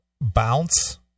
bounce